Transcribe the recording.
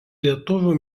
lietuvių